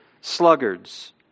sluggards